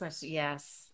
Yes